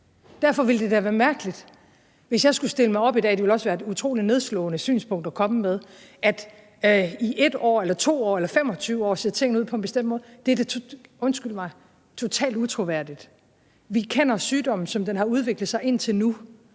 derfor ville det da være mærkeligt, hvis jeg skulle stille mig op i dag – det ville også være et utrolig nedslående synspunkt at komme med – og sige, at i 1 år, i 2 år eller i 25 år ser tingene ud på en bestemt måde. Det ville da være – undskyld mig – totalt utroværdigt. Vi kender sygdommen, som den har udviklet sig indtil nu,